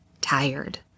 tired